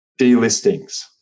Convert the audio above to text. delistings